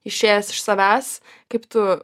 išėjęs iš savęs kaip tu